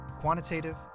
quantitative